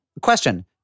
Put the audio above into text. question